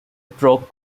broke